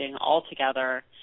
altogether